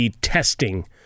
testing